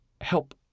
help